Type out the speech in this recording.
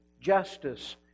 justice